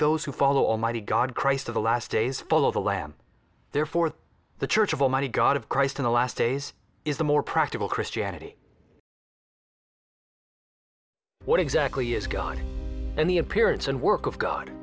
those who follow almighty god christ of the last days follow the lamb therefore the church of almighty god of christ in the last days is the more practical christianity what exactly is god and the appearance and work of god